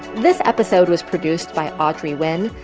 this episode was produced by audrey wynn.